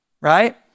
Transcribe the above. right